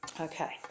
Okay